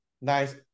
nice